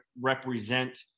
represent